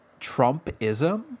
Trumpism